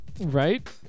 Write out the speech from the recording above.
Right